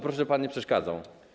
Proszę, by pan nie przeszkadzał.